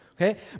okay